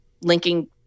linking